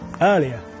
earlier